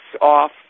off